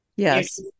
Yes